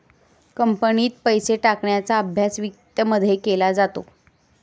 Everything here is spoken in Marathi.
कंपनीत पैसे टाकण्याचा अभ्यास वित्तमध्ये केला जातो